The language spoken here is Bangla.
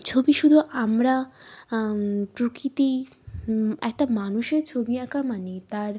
ছবি শুধু আমরা প্রকৃতি একটা মানুষের ছবি আঁকা মানে তার